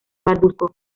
parduzco